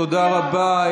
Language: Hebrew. תודה רבה.